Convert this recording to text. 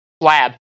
lab